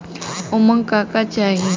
उमन का का चाही?